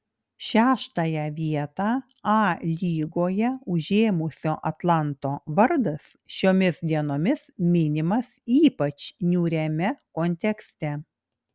šeštąją vietą a lygoje užėmusio atlanto vardas šiomis dienomis minimas ypač niūriame kontekste